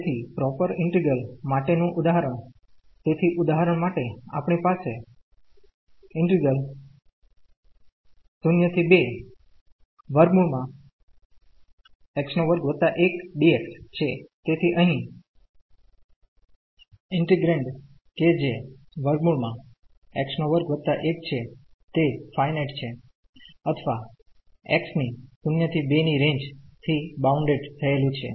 તેથી proper integral માટે નું ઉદાહરણ તેથી ઉદાહરણ માટે આપણી પાસે છે તેથી અહીં ઈન્ટિગ્રેન્ડ કે જે છે તે ફાયનાઈટ છે અથવા x ની 0 થી 2 ની રેન્જ થી બાઉન્ડેડ થયેલુ છે